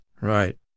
Right